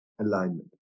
Alignment